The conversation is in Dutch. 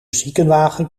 ziekenwagen